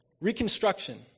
Reconstruction